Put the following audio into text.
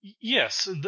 Yes